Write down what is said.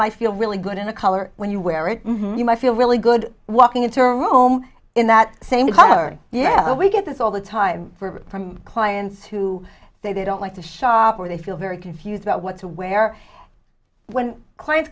might feel really good in a color when you wear it you might feel really good walking into a room in that same color yeah we get this all the time for clients who say they don't like to shop or they feel very confused about what to wear when clients